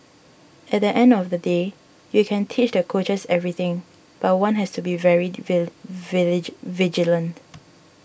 at the end of the day you can teach the coaches everything but one has to be very village vigilant